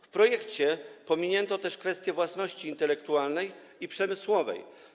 W projekcie pominięto też kwestie własności intelektualnej i przemysłowej.